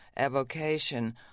evocation